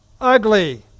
Ugly